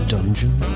Dungeon